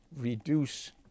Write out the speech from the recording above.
reduce